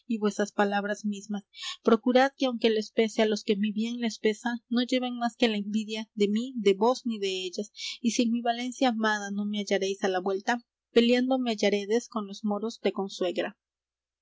vuesas palabras mesmas procurad que aunque les pese á los que mi bien les pesa no lleven más que la envidia de mí de vos ni de ellas y si en mi valencia amada no me hallareis á la vuelta peleando me hallarédes con los moros de consuegra